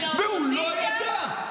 והוא לא ידע.